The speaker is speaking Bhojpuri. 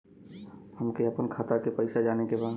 हमके आपन खाता के पैसा जाने के बा